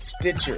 Stitcher